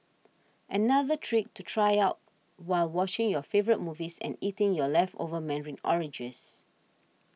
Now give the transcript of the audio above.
another trick to try out while watching your favourite movies and eating your leftover Mandarin oranges